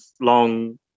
long